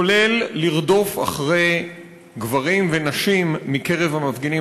כולל לרדוף אחרי גברים ונשים מקרב המפגינים